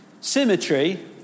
symmetry